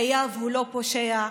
חייב הוא לא פושע,